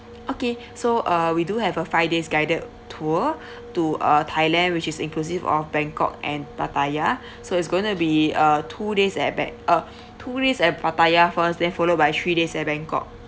okay so uh we do have a five days guided tour to uh thailand which is inclusive of bangkok and pattaya so it's going to be a two days at ba~ uh two days at pattaya first then followed by three days at bangkok